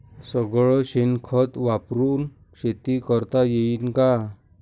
सगळं शेन खत वापरुन शेती करता येईन का?